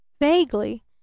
Vaguely